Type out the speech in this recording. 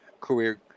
career